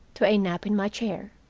to a nap in my chair.